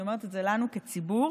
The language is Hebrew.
אני אומרת את זה לנו, כציבור.